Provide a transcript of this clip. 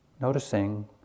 noticing